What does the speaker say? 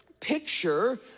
picture